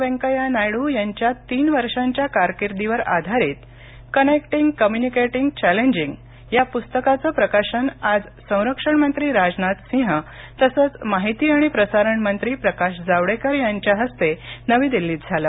वेंकय्या नायडू यांच्या तीन वर्षांच्या कारकिर्दीवर आधारित कनेक्टिंग कम्युनिकेटींग चॅलेंजिंग या पुस्तकाचं प्रकाशन आज संरक्षण मंत्री राजनाथ सिंह तसंच माहिती आणि प्रसारण मंत्री प्रकाश जावडेकर यांच्या हस्ते नवी दिल्लीत झालं